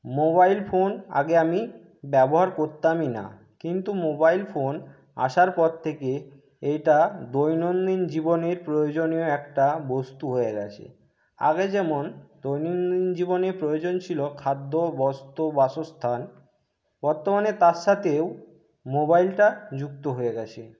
mobile phone আগে আমি ব্যবহার করতামই না কিন্তু মোবাইল ফোন আসার পর থেকে এইটা দৈনন্দিন জীবনে প্রয়োজনীয় একটা বস্তু হয়ে গেছে আগে যেমন দৈনন্দিন জীবনে প্রয়োজন ছিল খাদ্য বস্ত্র বাসস্থান বর্তমানে তার সাথেও মোবাইলটা যুক্ত হয়ে গেছে